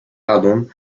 album